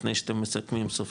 לפני שאתם מסכמים על זה סופית,